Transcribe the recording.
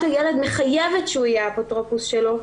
הילד מחייבת שהוא יהיה האפוטרופוס שלו,